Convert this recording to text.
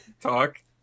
talk